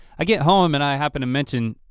i get home and i happen to mention